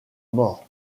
mort